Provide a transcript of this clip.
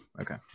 Okay